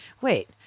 Wait